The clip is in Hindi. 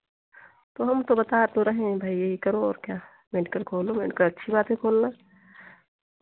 हम तो बता तो रहे हैं भाई यही करो और क्या मेडिकल खोलो मेडिकल अच्छी बात है खोलना